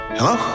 Hello